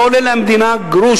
זה לא עולה למדינה גרוש,